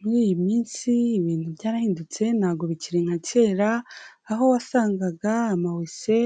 Muri iyi minsi ibintu byarahindutse ntabwo bikiri nka kera, aho wasangaga amawese